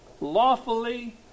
lawfully